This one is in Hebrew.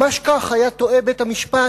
ממש כך היה טועה בית-המשפט